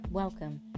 Welcome